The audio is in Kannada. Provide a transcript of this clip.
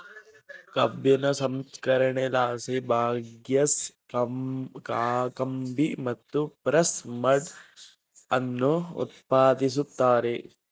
ಕಬ್ಬಿನ ಸಂಸ್ಕರಣೆಲಾಸಿ ಬಗ್ಯಾಸ್, ಕಾಕಂಬಿ ಮತ್ತು ಪ್ರೆಸ್ ಮಡ್ ಅನ್ನು ಉತ್ಪಾದಿಸುತ್ತಾರೆ